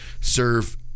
serve